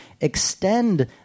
extend